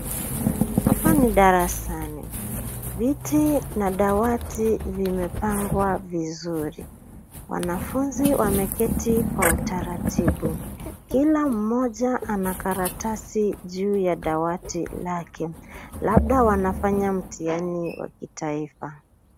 Hapa ni darasani, viti na dawati vimepangwa vizuri, wanafunzi wameketi kwa utaratibu, kila mmoja ana karatasi juu ya dawati lake labda wanafanya mtihani wa kitaifa.